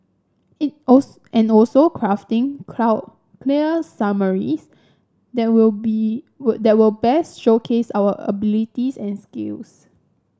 it also and also crafting clear summaries that will be that will best showcase our abilities and skills